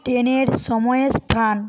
ট্রেনের সময়ের স্থান